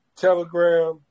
Telegram